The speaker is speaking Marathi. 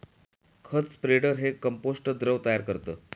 खत स्प्रेडर हे कंपोस्ट द्रव तयार करतं